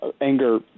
anger